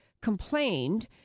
complained